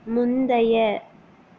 முந்தைய